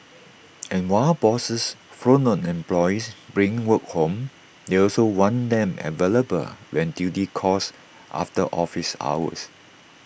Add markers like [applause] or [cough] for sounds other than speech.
[noise] and while bosses frown on employees bringing work home they also want them available when duty calls after office hours